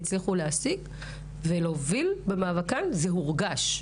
הצליחו להוביל ולהשיג במאבקן זה מורגש.